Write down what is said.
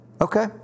Okay